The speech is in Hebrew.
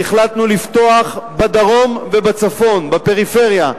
והחלטנו לפתוח בדרום ובצפון, בפריפריה,